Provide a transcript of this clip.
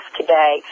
today